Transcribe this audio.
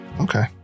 Okay